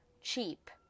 Cheap